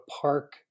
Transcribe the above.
park